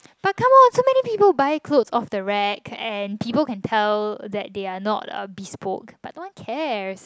but come on so many people buy clothes off the rack and people can tell that they are not uh bespoke but don't cares